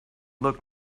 looked